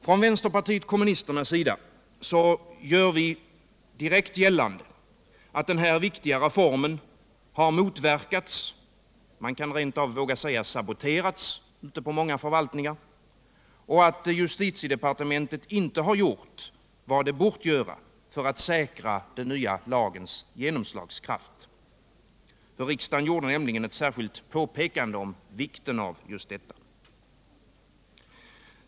Från vänsterpartiet kommunisternas sida gör vi direkt gällande att den här viktiga reformen har motverkats — man kan rent av våga säga saboterats — ute på många förvaltningar och att justitiedepartementet inte gjort vad det borde göra för att säkra den nya lagens genomslagskraft. Riksdagen gjorde nämligen ett särskilt påpekande om vikten av just detta.